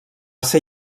ser